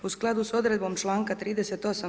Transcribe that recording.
U skladu s odredbom članka 38.